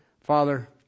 Father